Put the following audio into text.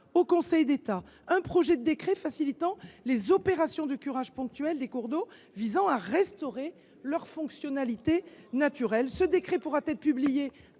au Conseil d’État un projet de décret qui facilite les opérations de curage ponctuel des cours d’eau visant à restaurer leur fonctionnalité naturelle. Ce texte pourra être publié